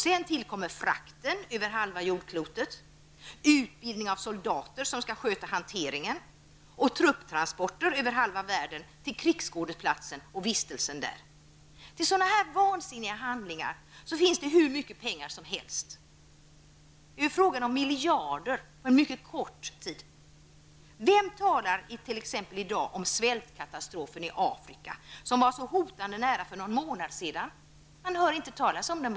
Sedan tillkommer frakten över halva jordklotet, utbildning av soldater som skall sköta hanteringen, trupptransporter över halva världen till krigsskådeplatsen och vistelsen där. Till sådana här vansinniga handlingar finns det hur mycket pengar som helst. Det är fråga om miljarder på mycket kort tid. Vem talar t.ex. i dag om svältkatastrofen i Afrika, som var så hotande nära för någon månad sedan? Man hör inte längre talas om den.